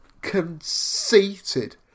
conceited